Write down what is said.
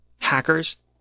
hackers